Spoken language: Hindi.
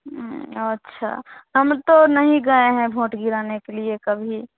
अच्छा हम तो नहीं गए हैं भोट गिराने के लिए कभी